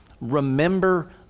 remember